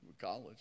College